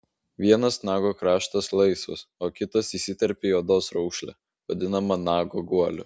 vienas nago kraštas laisvas o kitas įsiterpia į odos raukšlę vadinamą nago guoliu